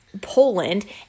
Poland